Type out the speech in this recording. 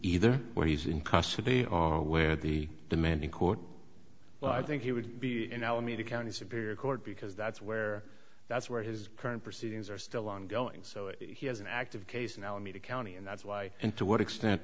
either when he's in custody or where the demand in court well i think he would be in alameda county superior court because that's where that's where his current proceedings are still ongoing so he has an active case in alameda county and that's why and to what extent